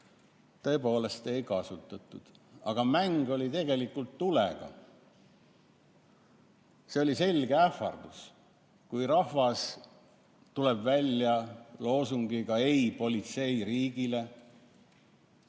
tõepoolest ei kasutatud, aga mäng oli tegelikult tulega. See oli selge ähvardus. Kui rahvas tuleb välja loosungiga "Ei politseiriigile!"